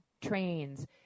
trains